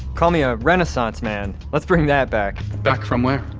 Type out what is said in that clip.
call me a renaissance man. let's bring that back back from where?